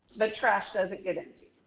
but trash doesn't get emptied?